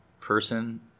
person